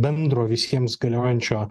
bendro visiems galiojančio